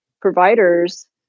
providers